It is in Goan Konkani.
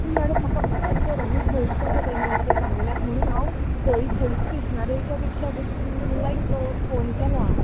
पूण मॅडम म्हाका भयार सरुंकूच भंय इसता सो ताणें अशें सांगलल्याक म्हणून हांव थंय पुलीस स्टेशनार येवच्या पेक्षा लायक फोन केला